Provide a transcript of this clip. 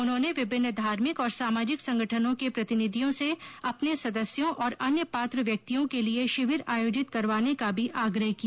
उन्होंने विभिन्न धार्मिक और सामाजिक संगठनों के प्रतिनिधियों से अपने सदस्यों और अन्य पात्र व्यक्तियों के लिए शिविर आयोजित करवाने का भी आग्रह किया